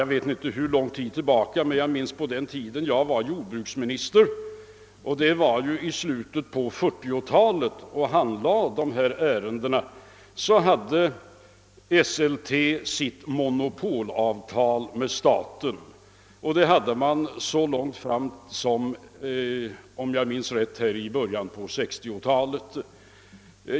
Jag minns inte hur lång tid tillbaka det rör sig om, men i slutet av 1940-talet på den tid jag var jordbruksminister och handlade dessa ärenden hade Esselte detta monopolavtal med staten. Om jag minns rätt gällde detta avtal ända till början av 1960-talet.